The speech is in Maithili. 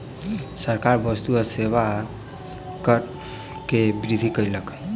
सरकार वस्तु एवं सेवा कर में वृद्धि कयलक